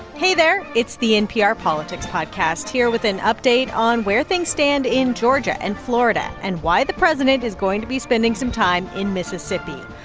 hey, there. it's the npr politics podcast, here with an update on where things stand in georgia and florida, and why the president is going to be spending some time in mississippi.